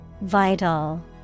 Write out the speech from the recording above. Vital